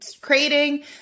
creating